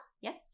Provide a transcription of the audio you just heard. yes